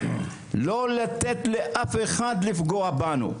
לא לתת לאף אחד לפגוע בנו.